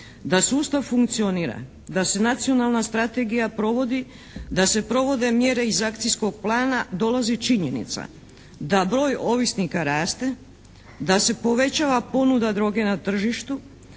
da sustav funkcionira, da se nacionalna strategija provodi, da se provode mjere iz akcijskog plana dolazi činjenica da broj ovisnika raste, da se povećava ponuda droge na tržištu,